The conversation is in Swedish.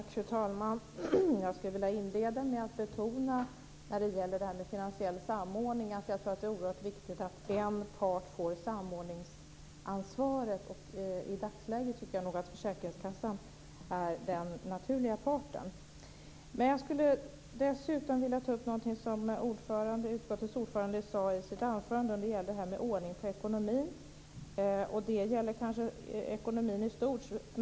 Fru talman! När det gäller finansiell samordning skulle jag vilja inleda med att betona att jag tror att det är oerhört viktigt att en part får samordningsansvaret. I dagsläget tycker jag nog att försäkringskassan är den naturliga parten. Jag skulle dessutom vilja ta upp någonting som utskottets ordförande sade i sitt anförande, och det gäller detta med ordning i ekonomin. Det gäller kanske ekonomin i stort.